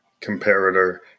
comparator